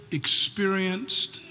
experienced